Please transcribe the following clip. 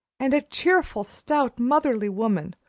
and a cheerful, stout, motherly woman,